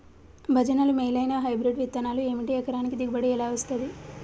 భజనలు మేలైనా హైబ్రిడ్ విత్తనాలు ఏమిటి? ఎకరానికి దిగుబడి ఎలా వస్తది?